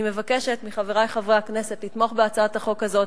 אני מבקשת מחברי חברי הכנסת לתמוך בהצעת החוק הזאת,